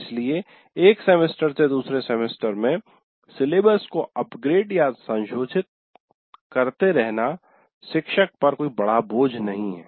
इसलिए एक सेमेस्टर से दूसरे सेमेस्टर में सिलेबस को अपग्रेड या संशोधित करते रहना शिक्षक पर कोई बड़ा बोझ नहीं है